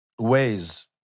ways